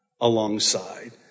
alongside